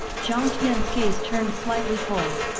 jiang tian's gaze turned slightly cold.